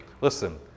listen